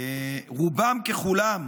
רובם ככולם